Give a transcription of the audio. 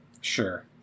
Sure